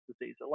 disease